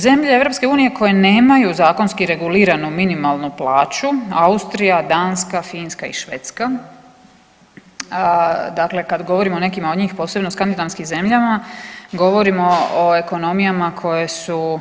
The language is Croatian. Zemlje EU koje nemaju zakonski regulirane minimalnu plaću Austrija, Danska, Finska i Švedska, dakle kad govorimo o nekima od njih posebno o skandinavskim zemljama govorimo o ekonomijama koje su